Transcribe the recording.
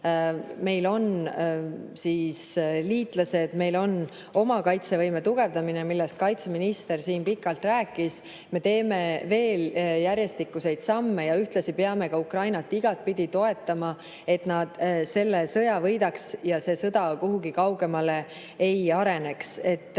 Meil on liitlased, me tugevdame oma kaitsevõimet, millest kaitseminister siin pikalt rääkis. Me teeme veel järjestikuseid samme ja ühtlasi peame Ukrainat igapidi toetama, et nad selle sõja võidaks ja see sõda kuhugi kaugemale ei areneks. See